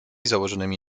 założonymi